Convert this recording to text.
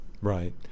Right